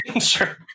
Sure